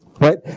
right